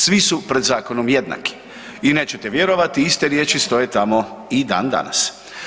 Svi su pred zakonom jednaki i nećete vjerovati, iste riječi stoje tamo i dan danas.